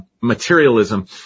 materialism